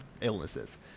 illnesses